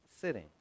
sitting